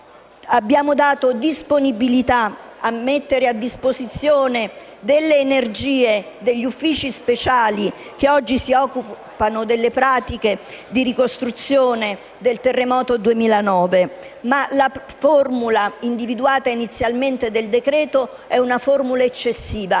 Abbiamo dato disponibilità a mettere a disposizione le energie degli uffici speciali, che oggi si occupano delle pratiche di ricostruzione del terremoto 2009, ma la formula individuata inizialmente nel provvedimento è eccessiva